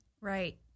right